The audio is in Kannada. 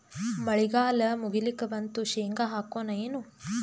ಮಳಿಗಾಲ ಮುಗಿಲಿಕ್ ಬಂತು, ಶೇಂಗಾ ಹಾಕೋಣ ಏನು?